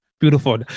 Beautiful